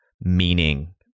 meaning